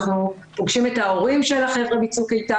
אנחנו פוגשים את ההורים של החבר'ה מצוק איתן,